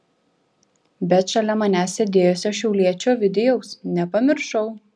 bet šalia manęs sėdėjusio šiauliečio ovidijaus nepamiršau